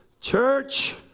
Church